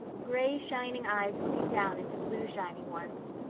gray shining eyes looking down into blue shining ones.